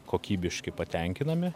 kokybiški patenkinami